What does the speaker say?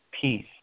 peace